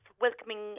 welcoming